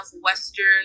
Western